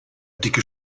dicke